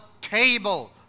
table